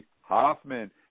Hoffman